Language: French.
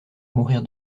mourir